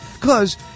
Cause